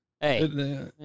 Hey